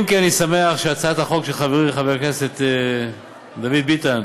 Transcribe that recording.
אם כי אני שמח שהצעת החוק של חברי חבר הכנסת דוד ביטן